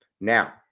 Now